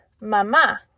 mama